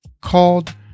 called